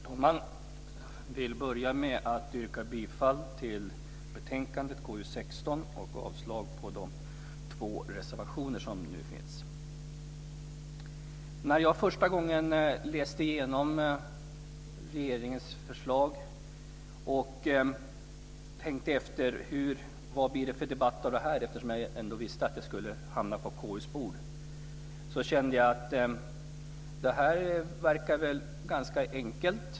Herr talman! Jag vill börja med att yrka bifall till utskottets förslag till riksdagsbeslut i betänkande KU16 och avslag på de två reservationer som finns. När jag första gången läste igenom regeringens förslag och tänkte efter vad det skulle bli för debatt om det, eftersom jag visste att det skulle hamna på KU:s bord, verkade det ganska enkelt.